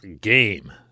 game